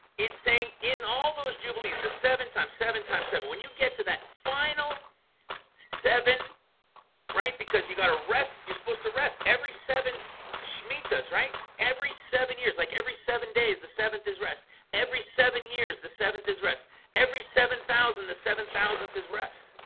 it's saying in all those jubilees the seven times seven times seven when you get to that final seven right because you gotta rest you're supposed to rest every seven shmitas, right every seven years like every seven days the seventh is rest every seven years the seventh is rest every seven thousand the seven thousandth is rest